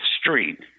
Street